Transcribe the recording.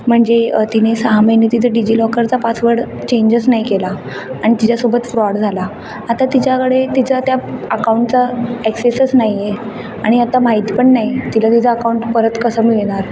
म्हणजे तिने सहा महिने तिचा डिजी लॉकरचा पासवर्ड चेंजच नाही केला आणि तिच्यासोबत फ्रॉड झाला आता तिच्याकडे तिचा त्या अकाऊंटचा एक्सेसच नाही आहे आणि आता माहीत पण नाही तिला तिचा अकाऊंट परत कसं मिळणार